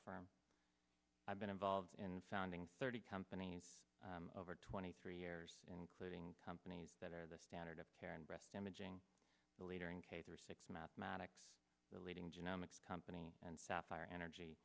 firm i've been involved in sounding thirty companies over twenty three years including companies that are the standard of care and breast imaging the leader in caves are six mathematics the leading genetics company and sapphire energy